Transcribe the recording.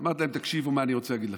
אמרתי להם: תקשיבו מה שאני רוצה להגיד לכם: